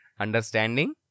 Understanding